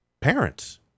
parents